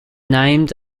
named